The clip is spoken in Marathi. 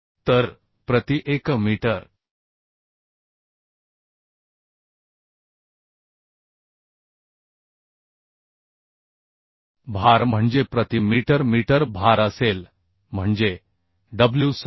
तर प्रति एकक मीटर भार म्हणजे प्रति मीटर मीटर भार असेल म्हणजे डब्ल्यू 17